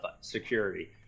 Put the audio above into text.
security